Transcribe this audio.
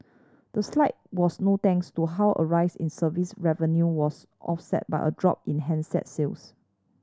the slide was no thanks to how a rise in service revenue was offset by a drop in handset sales